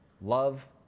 love